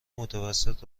متوسط